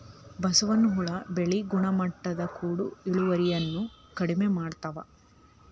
ಬಸವನ ಹುಳಾ ಬೆಳಿ ಗುಣಮಟ್ಟದ ಕೂಡ ಇಳುವರಿನು ಕಡಮಿ ಮಾಡತಾವ